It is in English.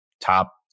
top